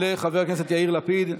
לחבר הכנסת יאיר לפיד.